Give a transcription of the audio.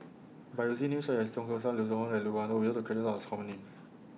By using Names such as Tan Keong Saik Hong and Loke Wan Tho We Hope to Common Names